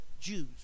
Jews